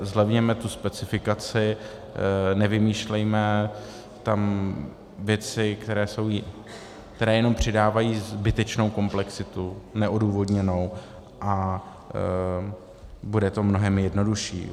Zlevněme tu specifikaci, nevymýšlejme tam věci, které jenom přidávají zbytečnou komplexitu, neodůvodněnou, a bude to mnohem jednodušší.